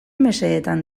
mesedetan